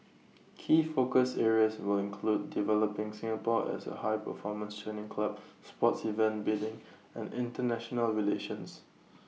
key focus areas will include developing Singapore as A high performance training hub sports events bidding and International relations